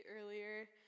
earlier